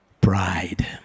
Pride